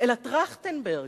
אלא טרכטנברג.